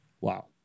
Wow